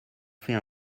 fait